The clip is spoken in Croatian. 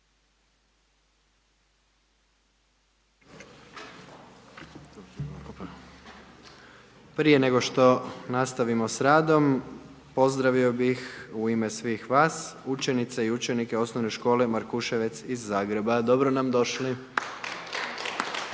Prije nego što nastavimo s radom, pozdravio bih u ime svih vas, učenice i učenike Osnovne škole Markuševec iz Zagreba, dobro nam došli.